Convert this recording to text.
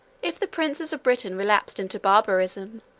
if the princes of britain relapsed into barbarism,